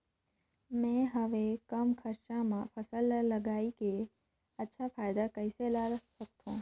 मैं हवे कम खरचा मा फसल ला लगई के अच्छा फायदा कइसे ला सकथव?